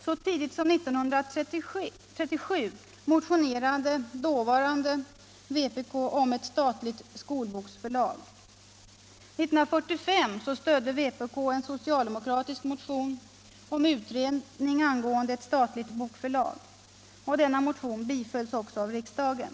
Så tidigt som 1937 motionerade det dåvarande kommunistpartiet om ett statligt skolboksförlag. 1945 stödde kommunisterna en socialdemokratisk motion om utredning angående ett statligt bokförlag. Denna motion bifölls också av riksdagen.